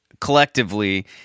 collectively